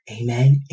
amen